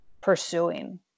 pursuing